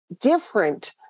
different